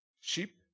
sheep